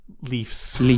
Leafs